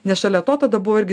nes šalia to tada buvo irgi